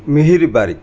Mihiri Barik